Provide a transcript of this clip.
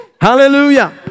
Hallelujah